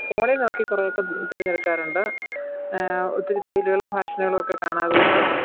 ഫോണിൽ നോക്കി കുറേയൊക്കെ തിരഞ്ഞെടുക്കാറുണ്ട് ഒത്തിരി തയ്യലുകളും ഫാഷനുകളുമൊക്കെ കാണാമതു കൊണ്ട്